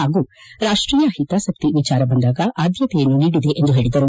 ಹಾಗೂ ರಾಷ್ಟೀಯ ಹಿತಾಸಕ್ತಿ ವಿಜಾರ ಬಂದಾಗ ಆದ್ಯತೆಯನ್ನು ನೀಡಿದೆ ಎಂದು ಹೇಳಿದರು